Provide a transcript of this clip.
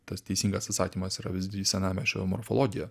tas teisingas atsakymas yra visgi į senamiesčio morfologiją